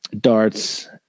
darts